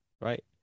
Right